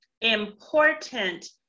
important